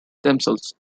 themselves